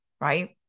right